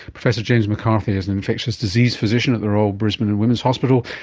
professor james mccarthy is an infectious disease physician at the royal brisbane and women's hospital,